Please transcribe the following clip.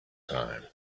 time